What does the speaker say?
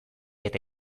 eta